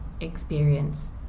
experience